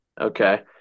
okay